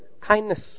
kindness